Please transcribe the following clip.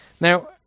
Now